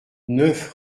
neuf